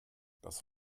das